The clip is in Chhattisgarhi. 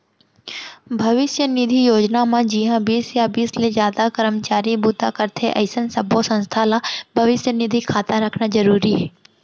भविस्य निधि योजना म जिंहा बीस या बीस ले जादा करमचारी बूता करथे अइसन सब्बो संस्था ल भविस्य निधि खाता रखना जरूरी हे